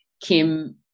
Kim